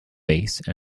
base